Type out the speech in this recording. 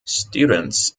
students